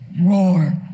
roar